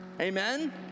amen